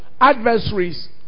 adversaries